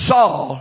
Saul